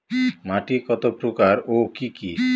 মাটি কতপ্রকার ও কি কী?